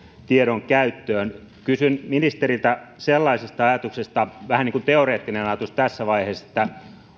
tiedonkäyttöön kysyn ministeriltä sellaisesta ajatuksesta vähän ikään kuin teoreettisesta ajatuksesta tässä vaiheessa